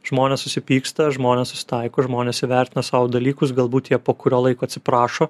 žmonės susipyksta žmonės susitaiko žmonės įvertina savo dalykus galbūt jie po kurio laiko atsiprašo